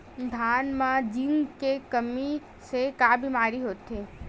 धान म जिंक के कमी से का बीमारी होथे?